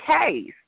case